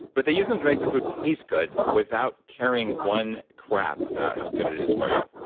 but they use them to make the food taste good without carrying one crap about how good it is for you.